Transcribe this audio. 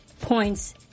points